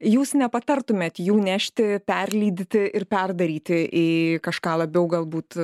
jūs nepatartumėt jų nešti perlydyti ir perdaryti į kažką labiau galbūt